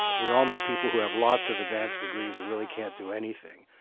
we all know people who have lots of advanced degrees who really can't do anything.